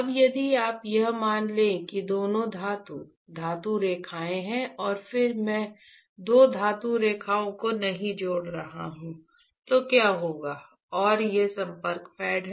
अब यदि आप यह मान लें कि ये दोनों धातु धातु रेखाएँ हैं और यदि मैं दो धातु रेखाओं को नहीं जोड़ रहा हूँ तो क्या होगा और ये संपर्क पैड हैं